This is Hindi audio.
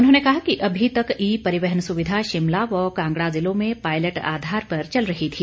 उन्होंने कहा कि अभी तक ई परिवहन सुविधा शिमला व कांगड़ा जिलों में पायलट आधार पर चल रही थी